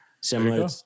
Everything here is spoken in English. Similar